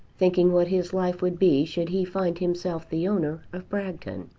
thinking what his life would be should he find himself the owner of bragton.